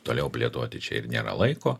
toliau plėtoti čia ir nėra laiko